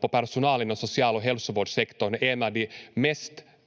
på personal inom social- och hälsovårdssektorn är en av de